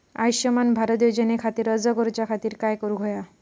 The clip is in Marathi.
आयुष्यमान भारत योजने खातिर अर्ज करूच्या खातिर काय करुक होया?